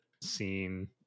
scene